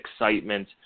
excitement